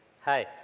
Hi